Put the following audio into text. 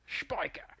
Spiker